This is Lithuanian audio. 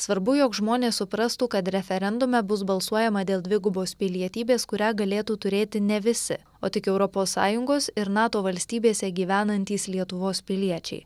svarbu jog žmonės suprastų kad referendume bus balsuojama dėl dvigubos pilietybės kurią galėtų turėti ne visi o tik europos sąjungos ir nato valstybėse gyvenantys lietuvos piliečiai